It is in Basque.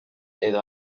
edo